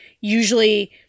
Usually